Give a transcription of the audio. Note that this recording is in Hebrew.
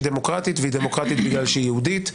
דמוקרטית והיא דמוקרטית בגלל שהיא יהודית.